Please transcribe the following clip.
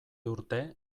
urte